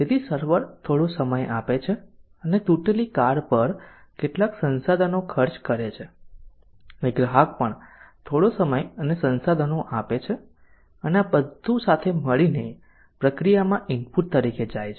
તેથી સર્વર થોડો સમય આપે છે અને તૂટેલી કાર પર કેટલાક સંસાધનો ખર્ચ કરે છે અને ગ્રાહક પણ થોડો સમય અને સંસાધનો આપે છે અને આ બધું સાથે મળીને પ્રક્રિયામાં ઇનપુટ તરીકે જાય છે